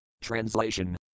Translation